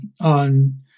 on